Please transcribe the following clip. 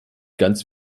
ganz